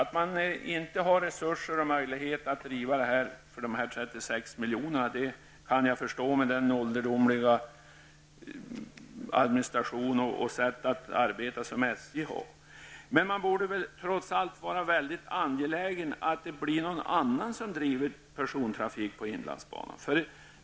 Att man inte har resurser och möjlighet att bedriva trafiken för de 36 miljonerna kan jag förstå, med tanke på den ålderdomliga administration och det ålderdomliga sätt att arbeta som SJ har. Men man borde väl då vara angelägen att någon annan bedriver persontrafik på inlandsbanan.